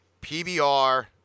PBR